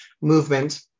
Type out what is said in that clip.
movement